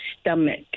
stomach